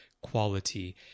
quality